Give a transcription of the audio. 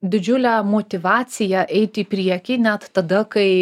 didžiulę motyvaciją eit į priekį net tada kai